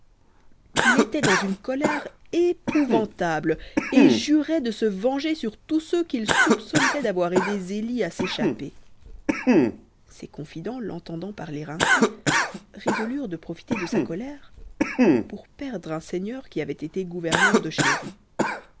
il était dans une colère épouvantable et jurait de se venger sur tous ceux qu'il soupçonnerait d'avoir aidé zélie à s'échapper ses confidents l'entendant parler ainsi résolurent de profiter de sa colère pour perdre un seigneur qui avait été gouverneur de chéri